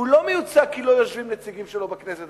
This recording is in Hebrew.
והוא לא מיוצג כי לא יושבים נציגים שלו בכנסת,